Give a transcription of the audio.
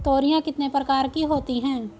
तोरियां कितने प्रकार की होती हैं?